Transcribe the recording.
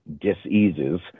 diseases